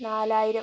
നാലായിരം